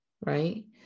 right